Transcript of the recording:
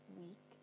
week